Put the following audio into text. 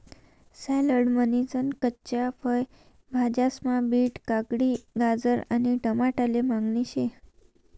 salad म्हनीसन कच्च्या फय भाज्यास्मा बीट, काकडी, गाजर आणि टमाटाले मागणी शे